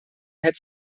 had